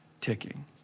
ticking